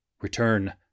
Return